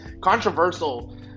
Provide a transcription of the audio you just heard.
controversial